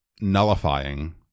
nullifying